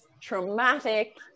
traumatic